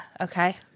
Okay